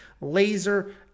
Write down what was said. laser